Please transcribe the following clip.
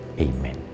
Amen